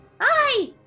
Hi